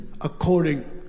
according